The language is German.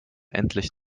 endlich